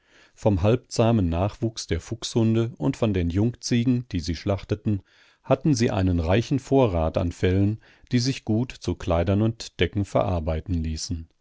vom halbzahmen nachwuchs der fuchshunde und von den jungziegen die sie schlachteten hatten sie einen reichen vorrat an fellen die sich gut zu kleidern und decken verarbeiten ließen